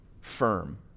firm